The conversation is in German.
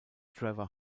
trevor